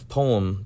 poem